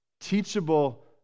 teachable